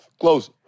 Close